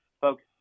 Folks